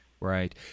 Right